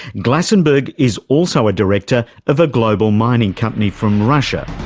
glasenberg is also a director of a global mining company from russia,